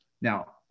now